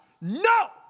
no